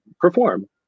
perform